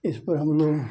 इस पर हम लोग